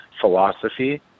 philosophy